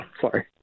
Sorry